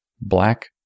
black